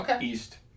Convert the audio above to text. East